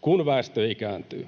kun väestö ikääntyy.